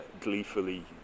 gleefully